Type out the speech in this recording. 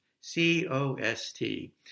C-O-S-T